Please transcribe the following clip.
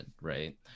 right